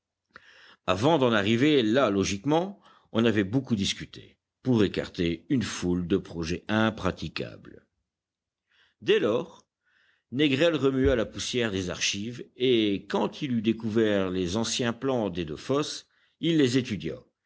avant d'en arriver là logiquement on avait beaucoup discuté pour écarter une foule de projets impraticables dès lors négrel remua la poussière des archives et quand il eut découvert les anciens plans des deux fosses il les étudia